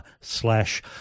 slash